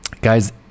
guys